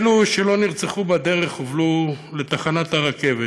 אלו שלא נרצחו בדרך הובלו לתחנת הרכבת,